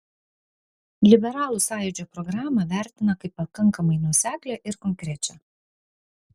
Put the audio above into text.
liberalų sąjūdžio programą vertina kaip pakankamai nuoseklią ir konkrečią